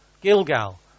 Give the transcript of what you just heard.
Gilgal